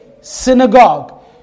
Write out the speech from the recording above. synagogue